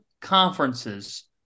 conferences